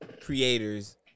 creators